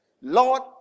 Lord